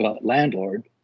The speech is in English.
landlord